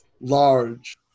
large